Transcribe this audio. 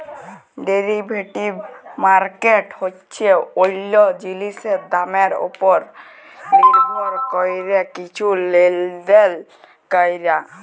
derivative market হছে অল্য জিলিসের দামের উপর লির্ভর ক্যরে কিছু লেলদেল ক্যরা